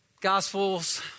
Gospels